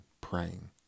praying